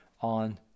on